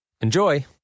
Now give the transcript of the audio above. Enjoy